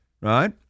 right